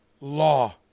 law